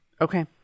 Okay